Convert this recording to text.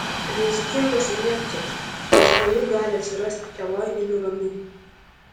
rizikingos injekcijos nes po jų gali atsirasti keloidinių randų